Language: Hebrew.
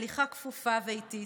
בהליכה כפופה ואיטית,